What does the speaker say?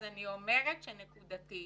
אז אני אומרת שנקודתית